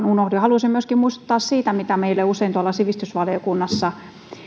unohdu haluaisin myöskin muistuttaa siitä mitä meille usein tuolla sivistysvaliokunnassa